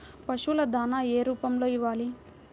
పశువుల దాణా ఏ రూపంలో ఇవ్వాలి?